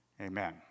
Amen